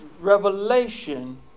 revelation